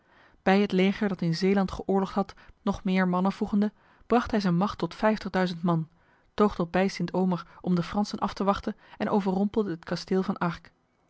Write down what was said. bij het leger dat in zeeland geoorlogd had nog meer mannen voegende bracht hij zijn macht tot man toog tot bij st omer om de fransen af te wachten en overrompelde het kasteel van